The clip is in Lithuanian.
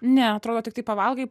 ne atrodo tiktai pavalgai